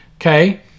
Okay